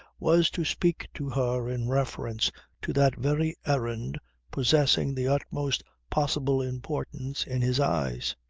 was to speak to her in reference to that very errand possessing the utmost possible importance in his eyes.